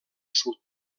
sud